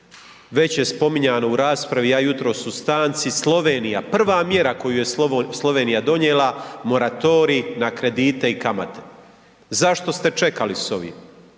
Već je spominjano u raspravi, ja jutros u stanci, Slovenija, prva mjera koju je Slovenija donijela moratorij na kredite i kamate. Zašto ste čekali s ovim?